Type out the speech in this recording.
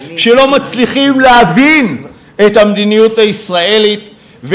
שלא מצליחים להבין את המדיניות הישראלית.